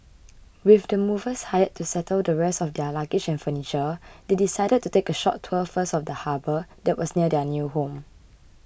with the movers hired to settle the rest of their luggage and furniture they decided to take a short tour first of the harbour that was near their new home